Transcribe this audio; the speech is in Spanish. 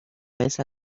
esa